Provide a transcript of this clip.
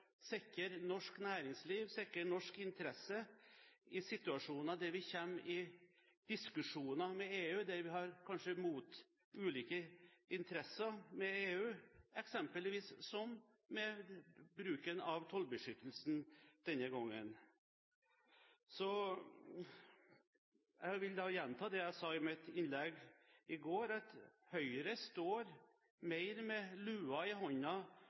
sikre norsk næringsliv, sikre norske interesser i situasjoner der vi kommer i diskusjoner med EU, der vi har ulike interesser i forhold til EU. Denne gangen er det eksempelvis slik med bruken av tollbeskyttelsen. Jeg vil gjenta det jeg sa i mitt innlegg i går, at Høyre står mer med luen i